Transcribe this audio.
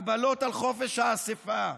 הגבלות על חופש האספה,